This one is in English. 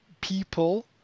people